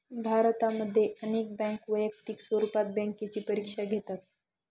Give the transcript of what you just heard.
भारतामध्ये अनेक बँका वैयक्तिक स्वरूपात बँकेची परीक्षा घेतात